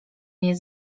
nie